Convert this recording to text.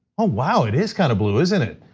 ah wow, it is kind of blue, isn't it?